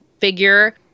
figure